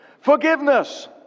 Forgiveness